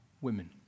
women